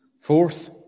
Fourth